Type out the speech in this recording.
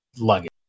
luggage